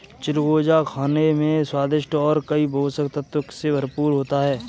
चिलगोजा खाने में स्वादिष्ट और कई पोषक तत्व से भरपूर होता है